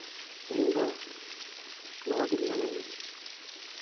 ᱤᱧᱫᱚ ᱱᱚᱣᱟᱜᱮᱧ ᱢᱚᱱᱮᱭᱟ